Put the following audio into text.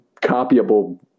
copyable